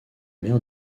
mer